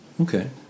Okay